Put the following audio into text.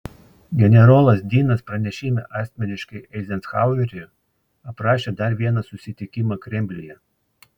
generolas dinas pranešime asmeniškai eizenhaueriui aprašė dar vieną susitikimą kremliuje